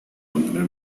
contener